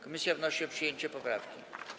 Komisja wnosi o przyjęcie poprawki.